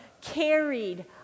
carried